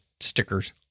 stickers